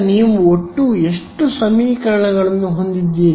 ನೀವು ಈಗ ಒಟ್ಟು ಎಷ್ಟು ಸಮೀಕರಣಗಳನ್ನು ಹೊಂದಿದ್ದೀರಿ